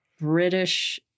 british